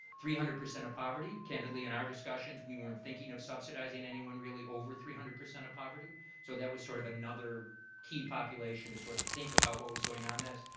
three hundred percent of poverty candidly in our discussions, we weren't thinking of subsidizing anyone really over three hundred percent of poverty so that was sort of another key population to sort of think about what was going on this.